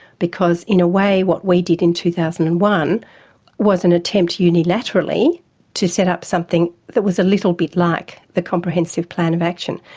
because in a way, what we did in two thousand and one was an attempt unilaterally to set up something that was a little bit like the comprehensive plan of action.